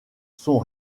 sont